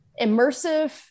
immersive